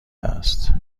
است